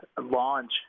launch